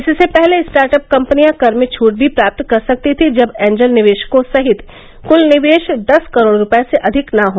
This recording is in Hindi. इससे पहले स्टार्टअप कम्पनियां कर में छूट भी प्राप्त कर सकती थी जब एंजल निवेशकों सहित कुल निवेश दस करोड़ रुपये से अधिक नहीं हो